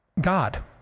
God